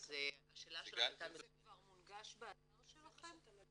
זה כבר מונגש באתר שלכם?